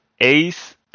Ace